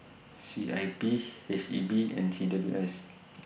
C I P H E B and C W S